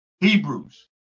Hebrews